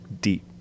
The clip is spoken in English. deep